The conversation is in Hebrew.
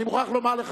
אני מוכרח לומר לך,